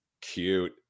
Cute